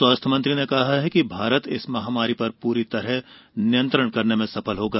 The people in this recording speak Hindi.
स्वास्थ्य मंत्री ने कहा कि भारत इस महामारी पर पूरी तरह नियंत्रण करने में सफल होगा